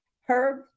Herb